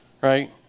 right